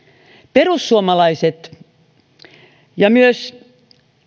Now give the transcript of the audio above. perussuomalaiset ja myös